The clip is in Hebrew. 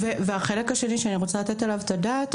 והחלק השני שאני רוצה לתת עליו את הדעת,